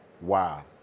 Wow